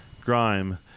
grime